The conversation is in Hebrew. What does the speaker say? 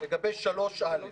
סעיף 3(א).